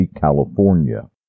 California